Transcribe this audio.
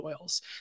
oils